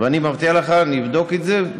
אני מבטיח לך, אני אבדוק את זה.